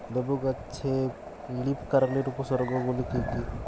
লেবু গাছে লীফকার্লের উপসর্গ গুলি কি কী?